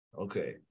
okay